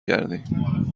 کردیم